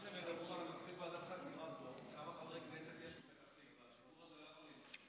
בבקשה, חבר הכנסת מתן כהנא, לרשותך שלוש דקות.